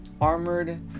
armored